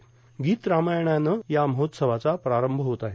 गीत रामायणानं या महोत्सवाचा प्रारंभ होत आहे